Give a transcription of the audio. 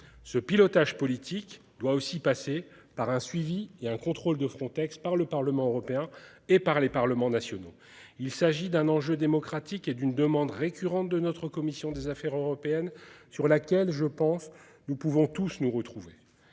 ce pilotage politique doit aussi passer par un suivi et un contrôle de Frontex par le Parlement européen et par les parlements nationaux. Il s'agit d'un enjeu démocratique et d'une demande récurrente de notre commission des Affaires européennes sur laquelle je pense. Nous pouvons tous nous retrouver.